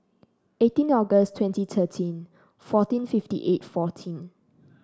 eighteenth August twenty thirteen fourteen fifty eight fourteen